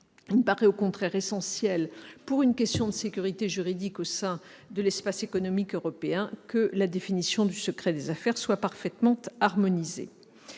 me paraît au contraire essentiel, pour des raisons de sécurité juridique au sein de l'Espace économique européen, que la définition du secret des affaires soit parfaitement harmonisée.